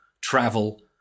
travel